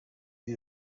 ibi